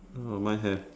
oh mine have